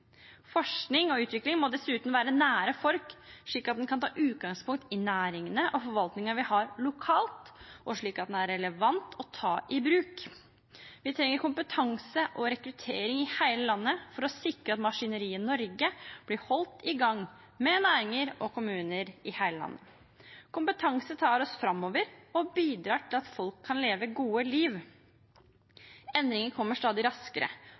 Forskning og utvikling må dessuten være nær folk slik at den kan ta utgangspunkt i næringene og forvaltningen vi har lokalt, og slik at den er relevant å ta i bruk. Vi trenger kompetanse og rekruttering i hele landet for å sikre at maskineriet Norge blir holdt i gang med næringer og kommuner i hele landet. Kompetanse tar oss framover og bidrar til at folk kan leve gode liv. Endringer kommer stadig raskere,